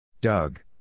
Doug